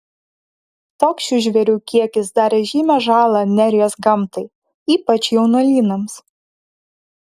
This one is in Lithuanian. toks šių žvėrių kiekis darė žymią žalą nerijos gamtai ypač jaunuolynams